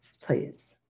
please